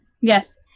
Yes